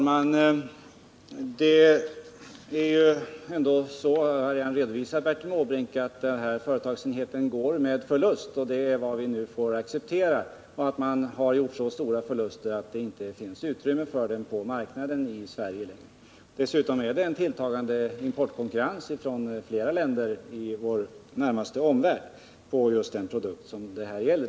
Herr talman! Jag redovisar, Bertil Måbrink, att företagsenheten går med förlust, och det är vad vi nu får acceptera. Och företaget har gjort så stor förlust att det inte klarar sig på marknaden i Sverige. Dessutom är det en tilltagande importkonkurrens från flera länder i vår närmaste omvärld i fråga om just den produkt det gäller.